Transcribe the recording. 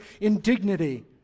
indignity